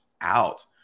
out